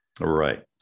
Right